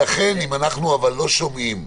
אבל אנחנו לא שומעים,